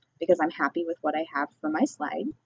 because i am happy with what i have for my slide.